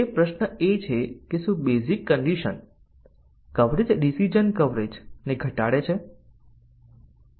તેથી અમે basic condition નું કવરેજ પ્રાપ્ત કરીએ છીએ શું આપણે ડીસીઝન કવરેજ પણ પ્રાપ્ત કરીએ છીએ